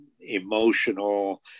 emotional